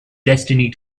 destiny